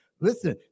Listen